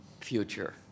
future